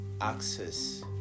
access